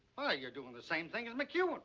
ah you're doing the same thing as mcquown.